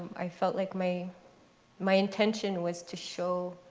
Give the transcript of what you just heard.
i felt like my my intention was to show